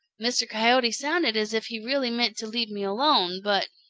mr. coyote sounded as if he really meant to leave me alone, but,